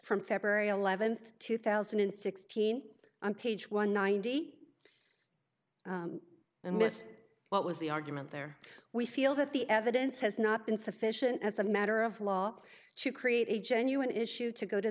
from february eleventh two thousand and sixteen on page one ninety eight and miss what was the argument there we feel that the evidence has not been sufficient as a matter of law to create a genuine issue to go to